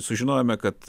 sužinojome kad